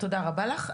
תודה רבה לך.